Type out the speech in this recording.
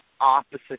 opposite